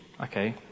okay